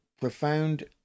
profound